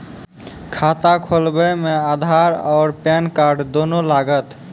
खाता खोलबे मे आधार और पेन कार्ड दोनों लागत?